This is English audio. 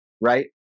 right